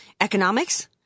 economics